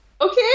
okay